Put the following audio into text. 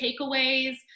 takeaways